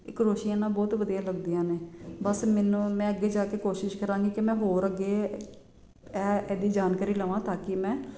ਇਹ ਕਰੋਸ਼ੀਏ ਨਾਲ ਬਹੁਤ ਵਧੀਆ ਲੱਗਦੀਆਂ ਨੇ ਬਸ ਮੈਨੂੰ ਮੈਂ ਅੱਗੇ ਜਾ ਕੇ ਕੋਸ਼ਿਸ਼ ਕਰਾਂਗੀ ਕਿ ਮੈਂ ਹੋਰ ਅੱਗੇ ਇਹ ਇਹਦੀ ਜਾਣਕਾਰੀ ਲਵਾਂ ਤਾਂ ਕਿ ਮੈਂ